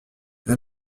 elle